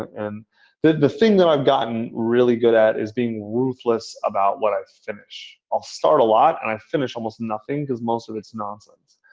and the thing that i've gotten really good at is being ruthless about what i finish. i'll start a lot and i finish almost nothing because most of it is nonsense,